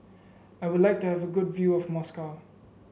I would like to have a good view of Moscow